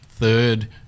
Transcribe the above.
third